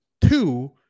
Two